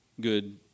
good